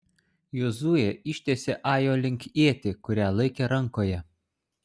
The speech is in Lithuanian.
jozuė ištiesė ajo link ietį kurią laikė rankoje